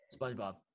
SpongeBob